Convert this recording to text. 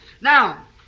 Now